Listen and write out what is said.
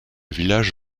village